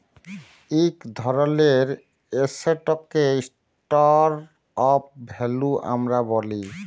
ইক ধরলের এসেটকে স্টর অফ ভ্যালু আমরা ব্যলি